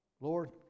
Lord